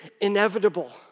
inevitable